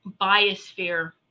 biosphere